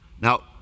Now